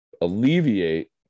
alleviate